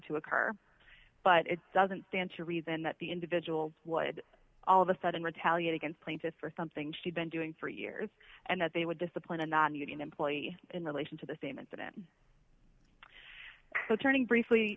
to occur but it doesn't stand to reason that the individual would all of a sudden retaliate against plaintiffs for something she's been doing for years and that they would discipline a nonunion employee in relation to the same incident so turning briefly